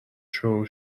شروع